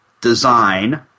design